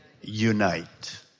Unite